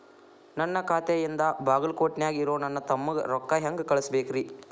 ನನ್ನ ಖಾತೆಯಿಂದ ಬಾಗಲ್ಕೋಟ್ ನ್ಯಾಗ್ ಇರೋ ನನ್ನ ತಮ್ಮಗ ರೊಕ್ಕ ಹೆಂಗ್ ಕಳಸಬೇಕ್ರಿ?